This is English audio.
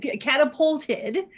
catapulted